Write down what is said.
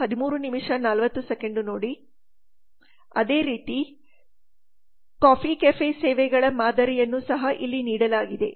ಅದೇ ರೀತಿ cafe coffee ಸೇವೆಗಳ ಮಾದರಿಯನ್ನು ಸಹ ಇಲ್ಲಿ ನೀಡಲಾಗಿದೆ